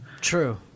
true